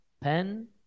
pen